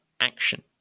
action